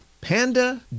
Panda